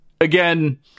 again